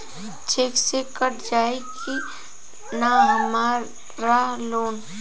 Check से कट जाई की ना हमार लोन?